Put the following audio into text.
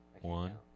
One